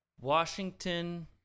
Washington